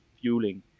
fueling